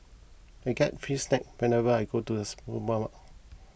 I get free snacks whenever I go to the